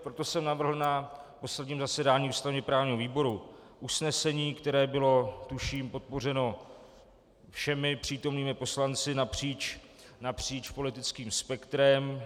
Proto jsem navrhl na posledním zasedání ústavněprávního výboru usnesení, které bylo, tuším, podpořeno všemi přítomnými poslanci napříč politickým spektrem.